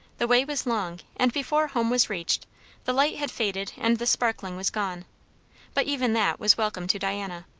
the way was long, and before home was reached the light had faded and the sparkling was gone but even that was welcome to diana.